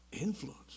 influence